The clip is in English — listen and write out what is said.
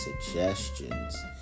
suggestions